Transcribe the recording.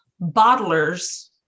bottlers